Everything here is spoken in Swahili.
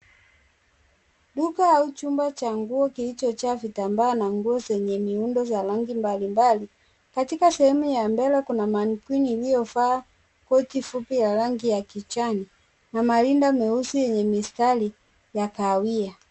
Duka au chumba cha nguo kilichojaa vitamba na nguo zenye miundo za rangi mbalimbali. Katika sehemu ya mbele kuna manikwini iliyovaa koti fupi ya rangi ya kijani na marinda meusi yenye mistari ya kahawia.